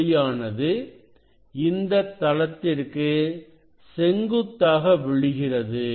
ஒளியானது இந்த தளத்திற்கு செங்குத்தாக விழுகிறது